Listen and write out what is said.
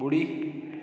ॿुड़ी